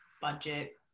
budget